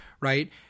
right